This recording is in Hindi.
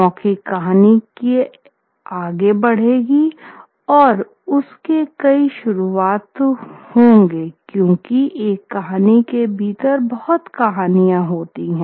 मौखिक कहानी आगे बढ़ेगी और उसके कई शुरुआत होंगे क्योंकि है एक कहानी के भीतर बहुत कहानीयां होती है